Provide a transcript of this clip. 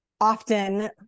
often